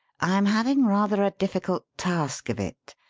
i'm having rather a difficult task of it,